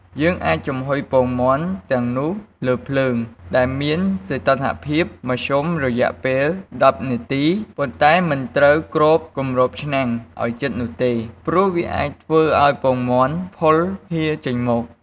យើងអាចចំហុយពងមាន់ទាំងនោះលើភ្លើងដែលមានសីតុណ្ហភាពមធ្យមរយៈពេល១០នាទី ប៉ុន្តែមិនត្រូវគ្របគម្របឆ្នាំងឲ្យជិតនោះទេ ព្រោះវាអាចធ្វើឲ្យពងមាន់ផុលហៀរចេញមក។